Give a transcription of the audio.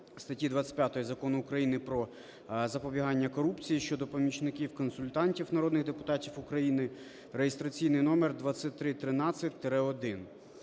статті 25 Закону України "Про запобігання корупції" щодо помічників-консультантів народних депутатів України (реєстраційний номер 2313-1).